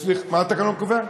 מה התקנון קובע?